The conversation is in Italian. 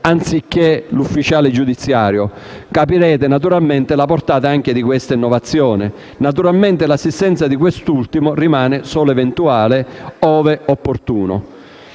(anziché l'ufficiale giudiziario). Capirete naturalmente anche la portata di questa innovazione. Naturalmente l'assistenza di quest'ultimo rimane solo eventuale («ove opportuno»).